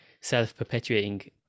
self-perpetuating